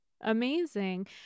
amazing